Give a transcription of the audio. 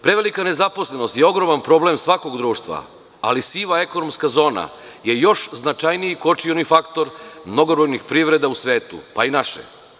Prevelika nezaposlenost je ogroman problem svakog društva, ali siva ekonomska zona je još značajniji kočioni faktor mnogobrojnih privreda u svetu pa i naše.